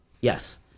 Yes